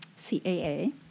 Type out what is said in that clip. CAA